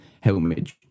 helmet